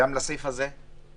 גם לסעיף הזה.